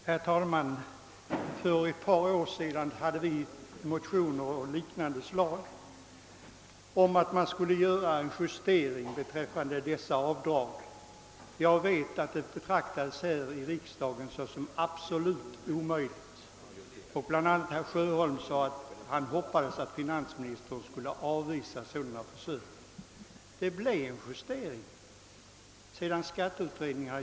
Herr talman! Det väcktes för ett par år sedan motioner med yrkande om en liknande justering av avdragsrätten som den nu aktuella. En sådan justering betraktades då här i riksdagen såsom absolut omöjlig. Bl. a. sade herr Sjöholm skulle avvisa försök i den riktningen: Sedan skatteutredningen framlagt sitt förslag genomfördes emellertid en juste: ring av avdragsrätten, som då begrän?